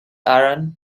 aaron